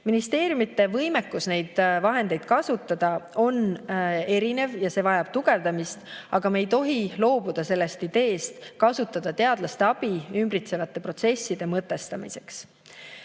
Ministeeriumide võimekus neid vahendeid kasutada on erinev ja see vajab tugevdamist, aga me ei tohi loobuda sellest ideest kasutada teadlaste abi ümbritsevate protsesside mõtestamiseks.